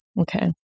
okay